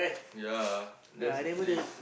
ya that's place